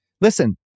Listen